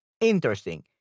Interesting